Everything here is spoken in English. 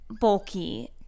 bulky